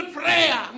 prayer